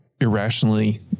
irrationally